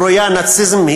הקרויה "נאציזם",